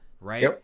right